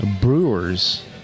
brewers